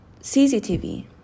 CCTV